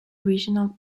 regional